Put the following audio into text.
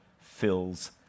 fills